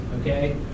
okay